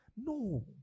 No